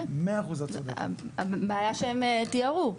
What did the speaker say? הבעיה שהם תיארו.